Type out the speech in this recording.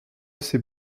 ces